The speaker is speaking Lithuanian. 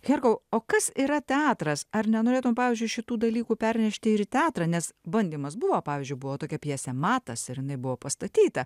herkau o kas yra teatras ar nenorėtum pavyzdžiui šitų dalykų pernešti ir į teatrą nes bandymas buvo pavyzdžiui buvo tokia pjesė matas ir jinai buvo pastatyta